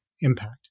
impact